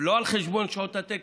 לא על חשבון שעות התקן,